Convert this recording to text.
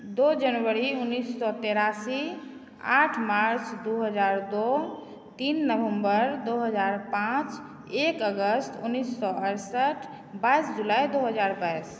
दू जनवरी उनैस सओ तेरासी आठ मार्च दू हजार दू तीन नवम्बर दू हजार पाँच एक अगस्त उनैस सओ अरसठ बाइस जुलाइ दू हजार बाइस